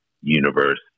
universe